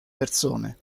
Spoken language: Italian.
persone